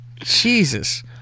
Jesus